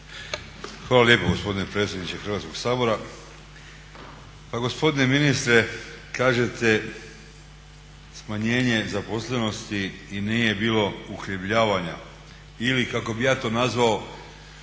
Hvala lijepo gospodine predsjedniče Hrvatskog sabora. Pa gospodine ministre, kažete smanjenje zaposlenosti i nije bilo uhljebljavanja. Ili kako bih ja to nazvao